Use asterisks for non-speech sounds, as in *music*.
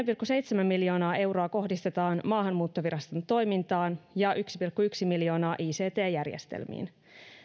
*unintelligible* pilkku seitsemän miljoonaa euroa kohdistetaan maahanmuuttoviraston toimintaan ja yksi pilkku yksi miljoonaa ict järjestelmiin